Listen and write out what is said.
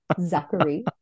Zachary